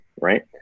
right